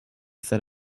set